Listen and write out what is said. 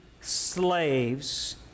slaves